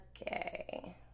Okay